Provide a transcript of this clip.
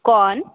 कौन